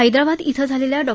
हैद्राबाद इथं झालेल्या डॉ